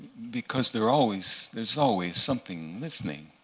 because there's always there's always something listening,